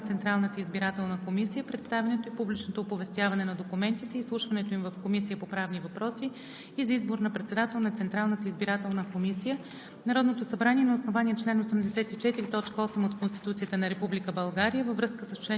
„Проект! РЕШЕНИЕ за приемане на Процедурни правила за условията и реда за предлагане на кандидати за председател на Централната избирателна комисия, представянето и публичното оповестяване на документите, изслушването им в Комисията по правни въпроси и за избор на председател на Централната избирателна комисия